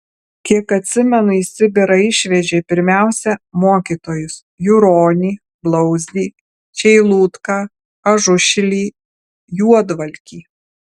kiek atsimenu į sibirą išvežė pirmiausia mokytojus juronį blauzdį čeilutką ažušilį juodvalkį